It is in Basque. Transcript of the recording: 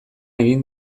egin